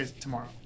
Tomorrow